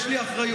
יש לי אחריות,